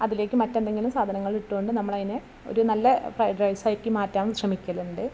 അതിലേക്ക് മറ്റേന്തെങ്കിലും സാധനങ്ങള് ഇട്ടുകൊണ്ട് നമ്മളതിനെ ഒരു നല്ല ഫ്രൈഡ് റൈസ് ആക്കി മാറ്റാൻ ശ്രമിക്കലുണ്ട്